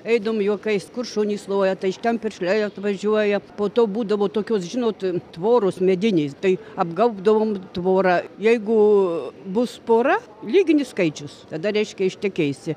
eidavom juokais kur šunys loja tai iš ten piršliai atvažiuoja po to būdavo tokios žinot tvoros mediniais tai apgaubdavom tvorą jeigu bus pora lyginis skaičius tada reiškia ištekėsi